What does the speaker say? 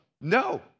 No